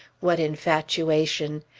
what infatuation!